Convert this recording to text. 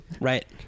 Right